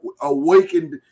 awakened